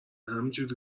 همینجوری